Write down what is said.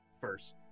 first